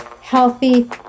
healthy